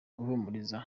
guhumuriza